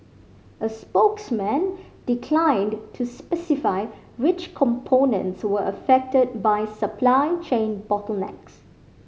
a spokesman declined to specify which components were affected by supply chain bottlenecks